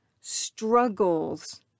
struggles